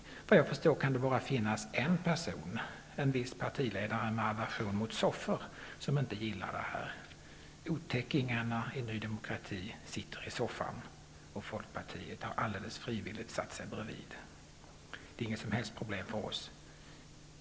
Såvitt jag förstår kan det bara finnas en person, en viss partiledare med aversion mot soffor, som inte gillar detta. Otäckingarna i Ny demokrati sitter i soffan, och Folkpartiet har alldeles frivilligt satt sig bredvid. Det är inget som helst problem för oss.